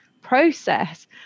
process